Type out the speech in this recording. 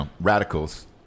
radicals